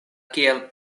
kiel